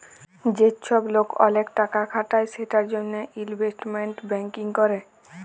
যে চ্ছব লোক ওলেক টাকা খাটায় সেটার জনহে ইলভেস্টমেন্ট ব্যাঙ্কিং ক্যরে